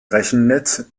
rechnernetz